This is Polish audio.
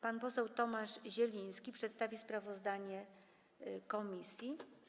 Pan poseł Tomasz Zieliński przedstawi sprawozdanie komisji.